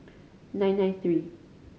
nine nine three